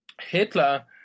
Hitler